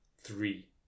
three